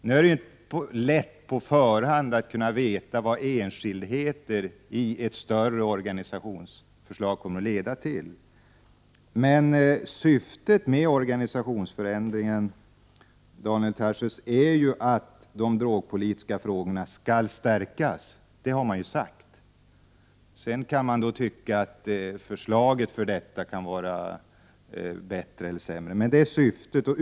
Det är inte så lätt att på förhand kunna veta vad enskildheter i ett större organisationsförslag kommer att leda till, men syftet med organisationsförändringen, Daniel Tarschys, är ju att greppet om de drogpolitiska frågorna skall stärkas. Det har man ju sagt. Sedan kan det då tyckas att förslaget om hur det skall gå till är bättre eller sämre, men det är syftet.